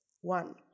one